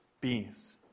Bees